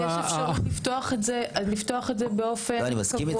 אז יש אפשרות לפתוח את זה באופן קבוע